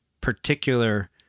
particular